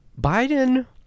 biden